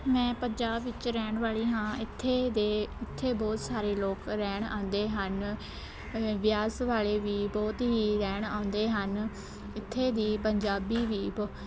ਮੈਂ ਪੰਜਾਬ ਵਿੱਚ ਰਹਿਣ ਵਾਲੀ ਹਾਂ ਇੱਥੇ ਦੇ ਉੱਥੇ ਬਹੁਤ ਸਾਰੇ ਲੋਕ ਰਹਿਣ ਆਉਂਦੇ ਹਨ ਬਿਆਸ ਵਾਲੇ ਵੀ ਬਹੁਤ ਹੀ ਰਹਿਣ ਆਉਂਦੇ ਹਨ ਇੱਥੇ ਦੀ ਪੰਜਾਬੀ ਵੀ